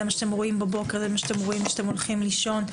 זה מה שאתם רואים בבוקר וכשאתם הולכים לישון,